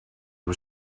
was